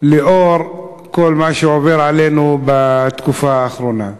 לנוכח כל מה שעובר עלינו בתקופה האחרונה.